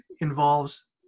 involves